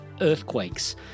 earthquakes